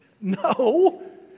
No